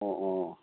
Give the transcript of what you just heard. অঁ অঁ